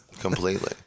completely